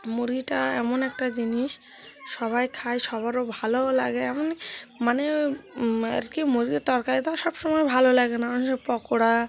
মুরগিটা এমন একটা জিনিস সবাই খায় সবারও ভালোও লাগে এমন মানে আর কি মুরগির তরকারি তাও সবসময় ভালো লাগে না অনেক সময় পকোড়া